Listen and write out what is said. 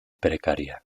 precaria